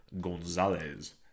Gonzalez